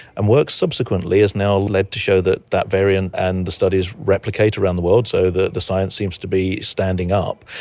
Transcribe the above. and work subsequently has now led to show that that variant and the studies replicate around the world, so the the science seems to be standing up,